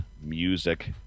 music